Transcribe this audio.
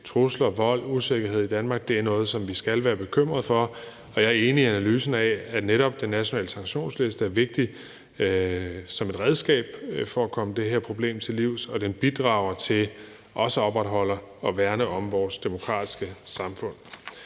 trusler, vold og usikkerhed i Danmark, er noget, som vi skal være bekymret for. Og jeg er enig i analysen af, at netop den nationale sanktionsliste er vigtig som et redskab for at komme det her problem til livs, og den bidrager til også at opretholde og værne om vores demokratiske samfund.